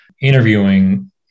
interviewing